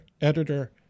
editor